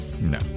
No